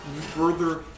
further